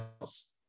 else